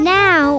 now